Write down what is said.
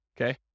okay